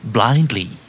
Blindly